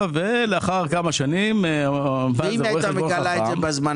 לאחר כמה שנים --- אם היא הייתה מגלה את זה בזמן?